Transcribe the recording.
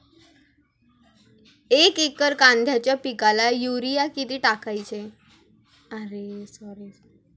एक एकर कांद्याच्या पिकाला युरिया किती टाकायचा?